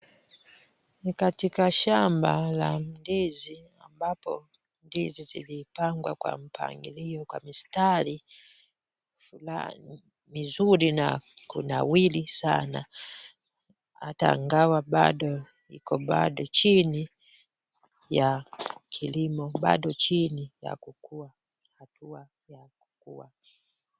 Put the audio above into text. Ni katika shamba la ndizi ambapo ndizi zilipangwa kwa mpangilio kwa mistari fulani mizuri na kunawiri sana hata angawa bado iko bado chini ya kilimo bado chini ya kukua hatua ya kukua.